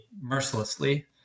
mercilessly